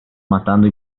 matando